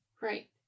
Right